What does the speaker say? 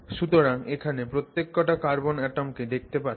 সুতরাং এখানে প্রত্যেকটা কার্বন অ্যাটম কে দেখতে পাচ্ছ